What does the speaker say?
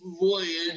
voyage